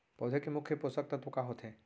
पौधे के मुख्य पोसक तत्व का होथे?